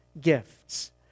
gifts